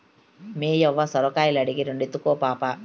మేయవ్వ సొరకాయలడిగే, రెండెత్తుకో పాపా